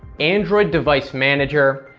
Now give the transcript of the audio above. android device manager,